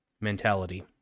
mentality